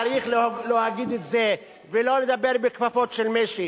צריך להגיד את זה ולא לדבר בכפפות של משי.